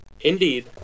Indeed